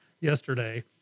yesterday